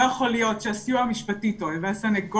לא יכול להיות שהסיוע המשפטי טועה והסנגוריה